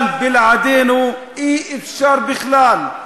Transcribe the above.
אבל בלעדינו אי-אפשר בכלל.